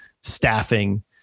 staffing